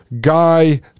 guy